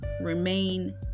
remain